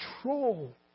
control